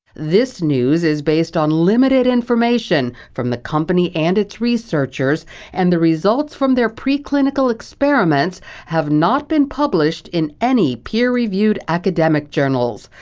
this news is based upon limited information from the company and its researchers and the results from their pre-clinical experiments have not been published in any peer review academic journal.